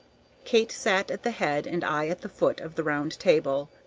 kate sat at the head and i at the foot of the round table,